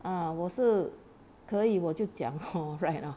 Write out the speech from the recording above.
ah 我是可以我就讲 hor right or not